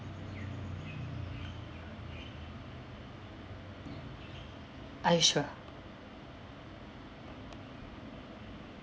are you sure